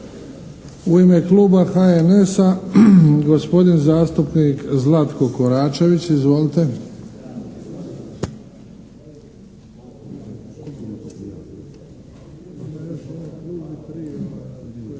U ime kluba HNS-a, gospodin zastupnik Zlatko Koračević. Izvolite.